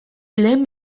lehen